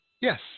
Yes